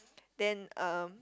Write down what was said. then uh